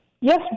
Yes